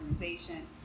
organization